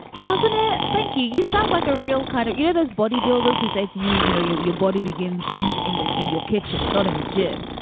doesn't it? thank you you sound like a real kind of you know, those bodybuilders who say to you, you know, your your body begins indic in your kitchen, not in the gym.